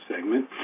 segment